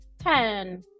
Ten